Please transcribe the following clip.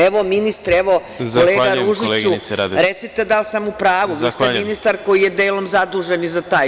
Evo, ministre, evo kolega Ružiću, recite da li sam u pravu, vi ste ministar koji je delom zadužen i za taj deo.